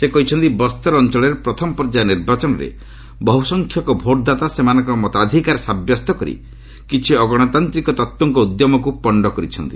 ସେ କହିଛନ୍ତି ବସ୍ତର ଅଞ୍ଚଳରେ ପ୍ରଥମ ପର୍ଯ୍ୟାୟ ନିର୍ବାଚନରେ ବହୁସଂଖ୍ୟକ ଭୋଟର ସେମାନଙ୍କର ମତାଧିକାର ସାବ୍ୟସ୍ତ କରି କିଛି ଅଗଣତାନ୍ତିକ ତତ୍ତ୍କ ଉଦ୍ୟମକୁ ପଣ୍ଡ କରିଦେଇଛନ୍ତି